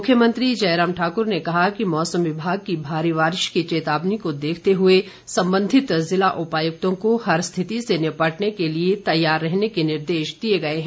मुख्यमंत्री जयराम ठाकर ने कहा कि मौसम विभाग की भारी बारिश की चेतावनी को देखते हुए संबंधित ज़िला उपायुक्तों को ्हर स्थिति से निपटने के लिए तैयार रहने के निर्देश दिए गए हैं